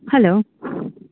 hello